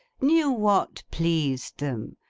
knew what pleased them!